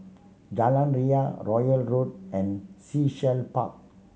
Jalan Ria Royal Road and Sea Shell Park